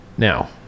Now